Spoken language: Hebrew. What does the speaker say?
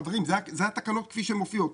חברים, זה התקנות כפי שהן מופיעות.